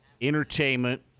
entertainment